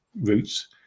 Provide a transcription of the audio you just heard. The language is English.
roots